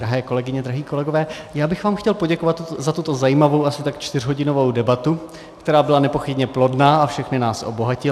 Drahé kolegyně, drazí kolegové, já bych vám chtěl poděkovat za tuto zajímavou, asi tak čtyřhodinovou debatu, která byla nepochybně plodná a všechny nás obohatila.